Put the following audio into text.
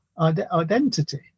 identity